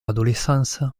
adolescence